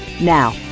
Now